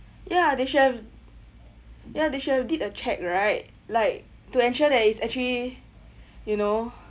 ya they shall ya they shall did a check right like to ensure that is actually you know